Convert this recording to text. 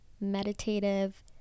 meditative